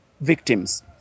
victims